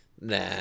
nah